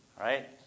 Right